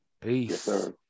Peace